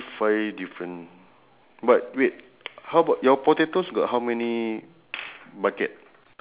six six seven eh